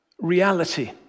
reality